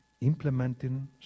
implementing